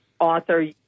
author